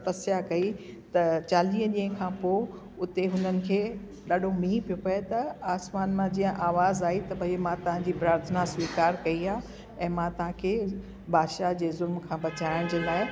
तपस्या कई त चालीअ ॾींहं खां पोइ उते हुननि खे ॾाढो मींहुं पियो पए त आसमान मां जीअं आवाज़ु आई त भई मां तव्हांजी प्राथना स्वीकार कई आहे ऐं मां तव्हांखे बादशाह जे ज़ुल्म खां बचाइण जे लाइ